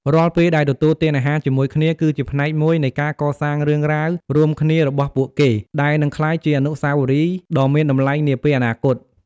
រាល់ពេលដែលទទួលទានអាហារជាមួយគ្នា គឺជាផ្នែកមួយនៃការកសាងរឿងរ៉ាវរួមគ្នារបស់ពួកគេ ដែលនឹងក្លាយជាអនុស្សាវរីយ៍ដ៏មានតម្លៃនាពេលអនាគត។